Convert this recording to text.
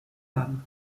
haben